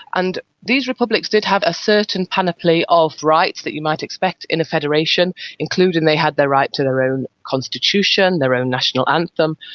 and these republics did have a certain panoply of rights that you might expect in a federation, including they had the right to their own constitution, their own national anthem,